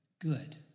good